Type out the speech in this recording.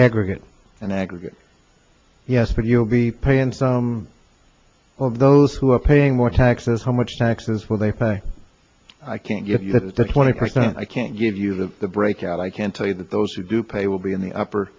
aggregate and aggregate yes but you'll be paying some of those who are paying more taxes how much taxes will they pay i can't give you that twenty percent i can't give you the breakout i can tell you that those who do pay will be in the upper